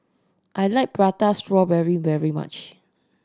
I like Prata Strawberry very much